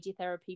radiotherapy